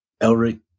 Elric